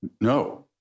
no